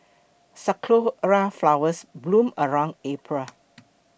sakura flowers bloom around April